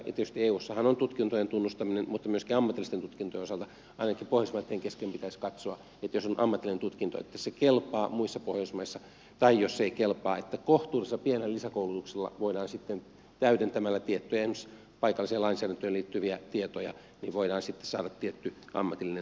tietysti eussahan on tutkintojen tunnustaminen mutta myöskin ammatillisten tutkintojen osalta ainakin pohjoismaitten kesken pitäisi katsoa että jos on ammatillinen tutkinto niin se kelpaa muissa pohjoismaissa tai jos se ei kelpaa niin kohtuullisella pienellä lisäkoulutuksella ja täydentämällä tiettyjä esimerkiksi paikalliseen lainsäädäntöön liittyviä tietoja voidaan saada tietty ammatillinen pätevyys